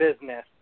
business